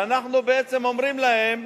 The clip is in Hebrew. ואנחנו בעצם אומרים להם: